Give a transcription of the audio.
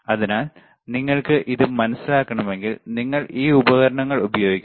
അതിനാൽ നിങ്ങൾക്ക് ഇത് മനസ്സിലാക്കണമെങ്കിൽ നിങ്ങൾ ഈ ഉപകരണം ഉപയോഗിക്കണം